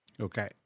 Okay